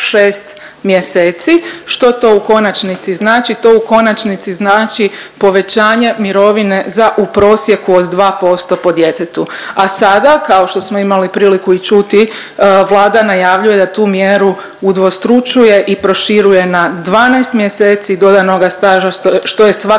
šest mjeseci. Što to u konačnici znači? To u konačnici znači povećanje mirovine za u prosjeku od 2% po djetetu. A sada kao što smo imali priliku i čuti vlada najavljuje da tu mjeru udvostručuje i proširuje na 12 mjeseci dodanoga staža što je svakako